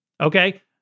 okay